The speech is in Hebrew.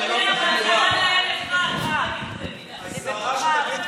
תישארו עם ידיים למעלה הרבה זמן.